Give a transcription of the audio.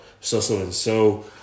so-so-and-so